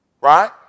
Right